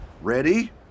Ready